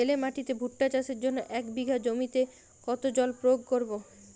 বেলে মাটিতে ভুট্টা চাষের জন্য এক বিঘা জমিতে কতো জল প্রয়োগ করব?